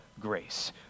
grace